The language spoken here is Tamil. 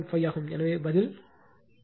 5 ஆகும் எனவே பதில் 125 ஆக இருக்கும்